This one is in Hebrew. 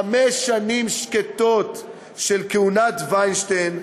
חמש שנים שקטות של כהונת וינשטיין,